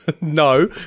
No